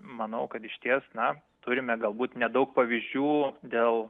manau kad išties na turime galbūt nedaug pavyzdžių dėl